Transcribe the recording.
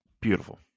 Beautiful